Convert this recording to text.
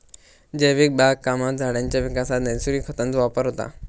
जैविक बागकामात झाडांच्या विकासात नैसर्गिक खतांचो वापर होता